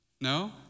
No